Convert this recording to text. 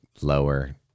lower